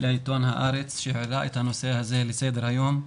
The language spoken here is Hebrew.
לעיתון הארץ שהעלה את הנושא הזה לסדר-היום,